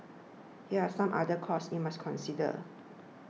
here are some other costs you must consider